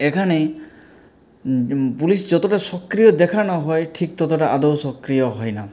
এখানে পুলিশ যতটা সক্রিয় দেখানো হয় ঠিক ততটা আদৌ সক্রিয় হয় না